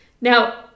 Now